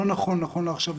לא נכון לעכשיו,